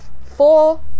four